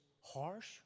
harsh